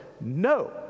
no